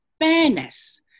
Fairness